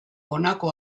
honako